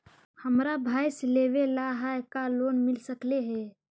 हमरा भैस लेबे ल है का लोन मिल सकले हे?